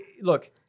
look